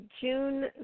June